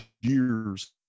years